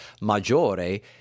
Maggiore